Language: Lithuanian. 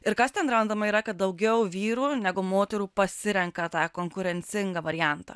ir kas ten randama yra kad daugiau vyrų negu moterų pasirenka tą konkurencingą variantą